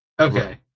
Okay